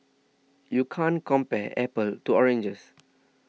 you can't compare apples to oranges